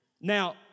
Now